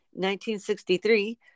1963